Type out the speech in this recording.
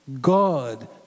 God